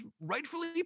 rightfully